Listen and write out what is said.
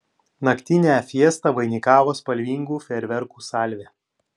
naktinę fiestą vainikavo spalvingų fejerverkų salvė